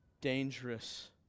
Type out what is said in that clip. dangerous